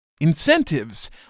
Incentives